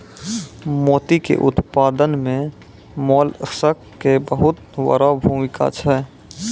मोती के उपत्पादन मॅ मोलस्क के बहुत वड़ो भूमिका छै